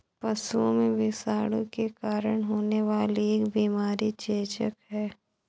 पशुओं में विषाणु के कारण होने वाली एक बीमारी चेचक है